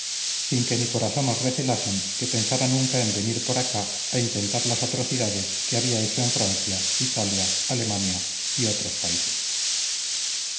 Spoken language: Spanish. sin que ni por asomo recelasen que pensara nunca en venir por acá a intentar las atrocidades que había hecho en francia italia alemania y en otros países